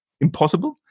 impossible